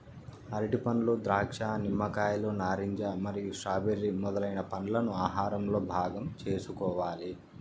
అరటిపండ్లు, ద్రాక్ష, నిమ్మకాయలు, నారింజ మరియు స్ట్రాబెర్రీ మొదలైన పండ్లను ఆహారంలో భాగం చేసుకోవాలి